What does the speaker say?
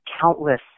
countless